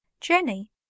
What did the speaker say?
Jenny